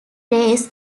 race